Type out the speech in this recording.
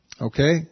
Okay